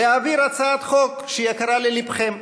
להעביר הצעת חוק שיקרה לליבכם.